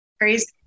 crazy